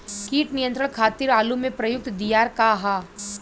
कीट नियंत्रण खातिर आलू में प्रयुक्त दियार का ह?